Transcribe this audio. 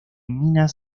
minas